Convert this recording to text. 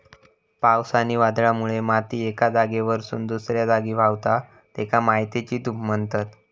पावस आणि वादळामुळे माती एका जागेवरसून दुसऱ्या जागी व्हावता, तेका मातयेची धूप म्हणतत